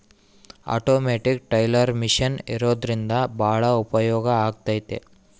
automated teller machine ಇರೋದ್ರಿಂದ ಭಾಳ ಉಪಯೋಗ ಆಗೈತೆ